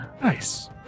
nice